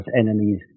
enemies